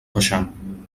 baixant